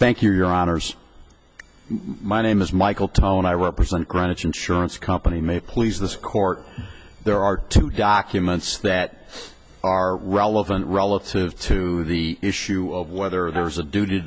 thank you your honors my name is michael tone i represent greenwich insurance company may please this court there are two documents that are relevant relative to the issue of whether there's a do to